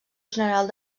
general